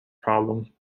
problem